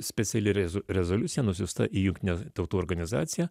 speciali rezoliucija nusiųsta į jungtinių tautų organizaciją